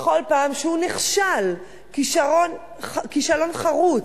בכל פעם שהוא נכשל כישלון חרוץ,